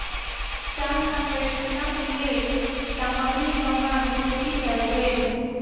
चाह संवेष्टनक लेल सामग्रीक मांग पूर्ति कयल गेल